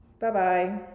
Bye-bye